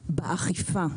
באכיפה.